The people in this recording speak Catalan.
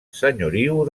senyoriu